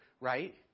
right